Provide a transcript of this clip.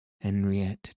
Henriette